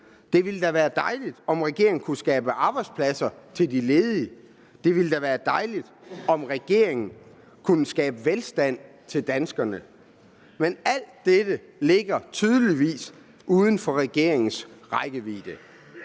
det ville da være dejligt, om regeringen kunne skabe arbejdspladser til de ledige; det ville da være dejligt, om regeringen kunne skabe velstand til danskerne. Men alt dette ligger tydeligvis uden for regeringens rækkevidde.